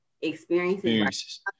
experiences